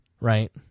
right